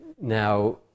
Now